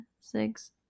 six